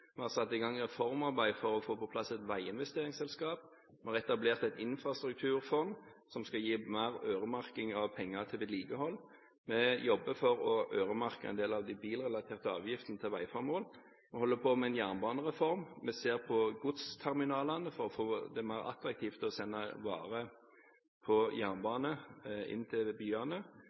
Vi har satt i gang reformarbeid for å få på plass et veiinvesteringsselskap, vi har etablert et infrastrukturfond som skal gi mer øremerking av penger til vedlikehold, vi jobber for å øremerke en del av de bilrelaterte avgiftene til veiformål, vi holder på med en jernbanereform, vi ser på godsterminalene for å gjøre det mer attraktivt å sende varer på jernbane inn til byene,